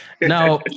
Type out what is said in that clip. Now